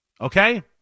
okay